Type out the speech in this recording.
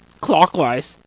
clockwise